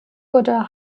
wurde